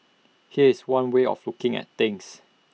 here's one way of looking at things